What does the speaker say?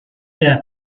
der